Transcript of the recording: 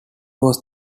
was